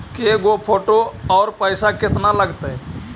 के गो फोटो औ पैसा केतना लगतै?